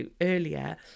earlier